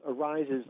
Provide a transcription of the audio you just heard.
arises